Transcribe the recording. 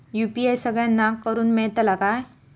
UPI सगळ्यांना करुक मेलता काय?